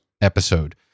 episode